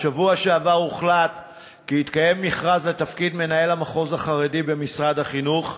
בשבוע שעבר הוחלט כי יתקיים מכרז לתפקיד מנהל המחוז החרדי במשרד החינוך,